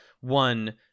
one